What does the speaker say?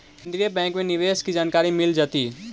केन्द्रीय बैंक में निवेश की जानकारी मिल जतई